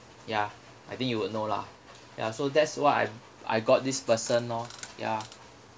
ya I think you will know lah ya so that's why I've I got this person lor ya